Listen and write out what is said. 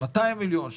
200 מיליון,